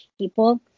people